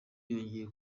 yongeye